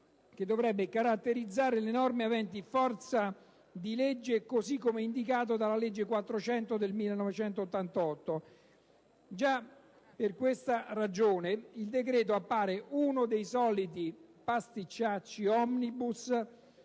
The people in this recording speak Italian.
che dovrebbe caratterizzare le norme aventi forza di legge, così come indicato dalla legge n. 400 del 1988. Già per questa ragione il decreto appare uno dei soliti pasticciacci *omnibus*